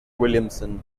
williamson